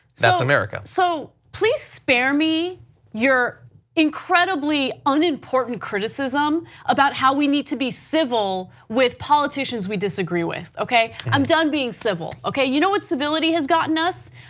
that's america. so please spare me your incredibly unimportant criticism about how we need to be civil with politicians we disagree with, okay? i'm done being civil. you know what civility has gotten us?